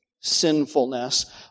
sinfulness